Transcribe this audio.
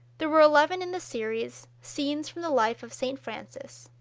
there were eleven in the series, scenes from the life of st. francis.